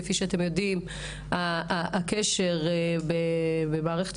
כפי שאתם יודעים, הקשר במערכת